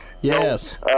Yes